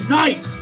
night